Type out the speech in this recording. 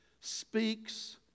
speaks